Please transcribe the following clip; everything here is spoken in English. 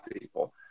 people